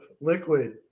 liquid